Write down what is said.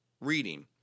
reading